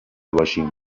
باشیم